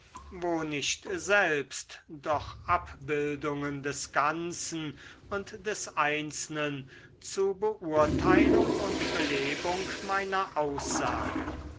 wo nicht selbst doch abbildungen des ganzen und des einzelnen zu beurteilung und belebung meiner aussage